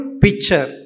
picture